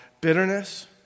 Bitterness